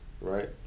right